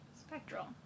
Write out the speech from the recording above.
Spectral